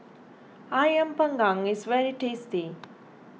Ayam Panggang is very tasty